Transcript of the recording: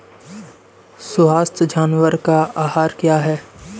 स्वस्थ जानवर का आहार क्या है?